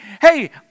hey